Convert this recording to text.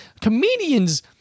Comedians